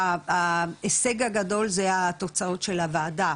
ההישג הגדול זה התוצאות של הוועדה,